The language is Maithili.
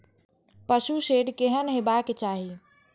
पशु शेड केहन हेबाक चाही?